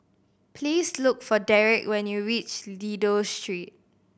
please look for Derick when you reach Dido Street